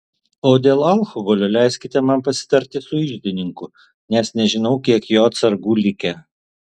o dėl alkoholio leiskite man pasitarti su iždininku nes nežinau kiek jo atsargų likę